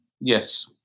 Yes